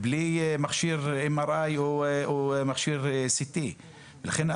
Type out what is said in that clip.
בלי מכשיר MRI או מכשיר CT. לכן,